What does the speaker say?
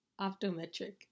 Optometric